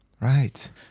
Right